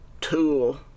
tool